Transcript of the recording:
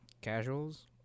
Casuals